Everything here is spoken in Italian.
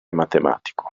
matematico